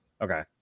Okay